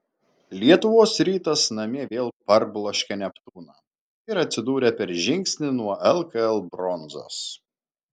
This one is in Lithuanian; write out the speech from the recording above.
lietuvos rytas namie vėl parbloškė neptūną ir atsidūrė per žingsnį nuo lkl bronzos